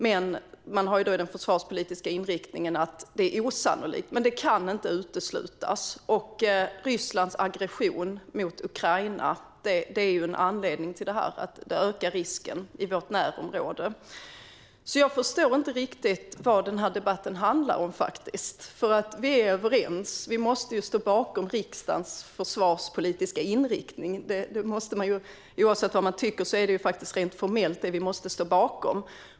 Det står i den försvarspolitiska inriktningen att det är osannolikt men inte kan uteslutas. Rysslands aggression mot Ukraina är en anledning till det här och ökar risken i vårt närområde. Jag förstår därför inte riktigt vad den här debatten handlar om. Vi är överens. Och oavsett vad man tycker är det faktiskt rent formellt riksdagens försvarspolitiska inriktning vi måste stå bakom.